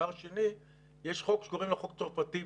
יש חוק שקוראים לו חוק צרפתי,